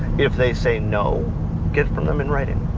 if they say no get from them in writing.